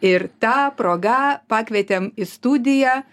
ir ta proga pakvietėm į studiją